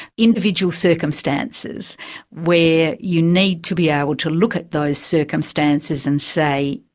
individual circumstances where you need to be able to look at those circumstances and say,